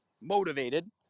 motivated